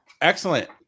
Excellent